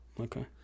Okay